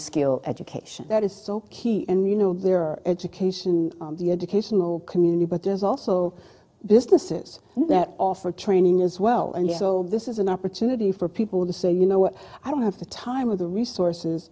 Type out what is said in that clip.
skill education that is so key and you know there are education the educational community but there's also businesses that offer training as well and so this is an opportunity for people to so you know i don't have the time of the resources